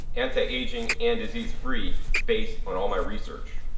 anti-aging and disease free based on all my research.